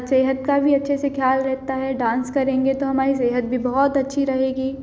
सेहत का भी अच्छे से ख्याल रहता है डांस करेंगे तो हमारी सेहत भी बहुत अच्छी रहेगी